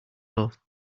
love